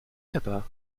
papa